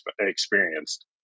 experienced